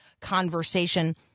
conversation –